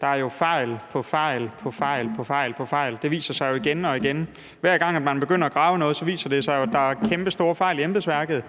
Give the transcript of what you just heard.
Der er fejl på fejl. Det viser sig jo igen og igen. Hver gang man begynder at grave i noget, viser det sig jo, at der er kæmpestore fejl i embedsværket. Der